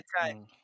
time